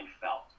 felt